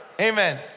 Amen